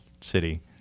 city